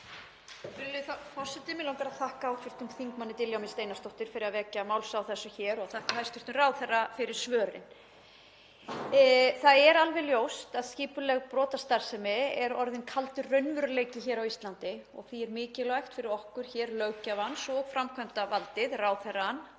Virðulegi forseti. Mig langar að þakka hv. þm. Diljá Mist Einarsdóttur fyrir að vekja máls á þessu hér og þakka hæstv. ráðherra fyrir svörin. Það er alveg ljóst að skipulögð brotastarfsemi er orðinn kaldur raunveruleiki hér á Íslandi og því er mikilvægt fyrir okkur hér, löggjafann, framkvæmdarvaldið, ráðherrana,